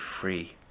free